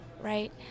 right